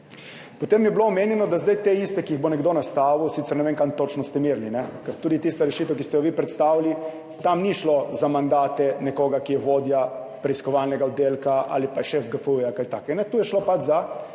Potem je bilo omenjeno, da zdaj te iste, ki jih bo nekdo nastavil, sicer ne vem, kam točno ste merili, ker tudi v tisti rešitvi, ki ste jo vi predstavili, ni šlo za mandate nekoga, ki je vodja preiskovalnega oddelka ali pa šef GFU ali kaj takega. Tu je šlo pač za